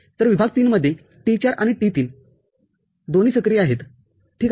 तरविभाग III मध्ये T४ आणि T3 दोन्ही सक्रिय आहेत ठीक आहे